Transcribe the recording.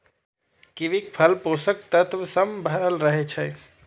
कीवीक फल पोषक तत्व सं भरल रहै छै